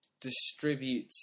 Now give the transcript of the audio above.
distribute